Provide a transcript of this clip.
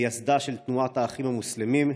מייסדה של תנועת האחים המוסלמים: